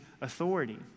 authority